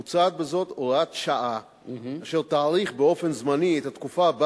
מוצעת בזאת הוראת שעה אשר תאריך באופן זמני את התקופה שבה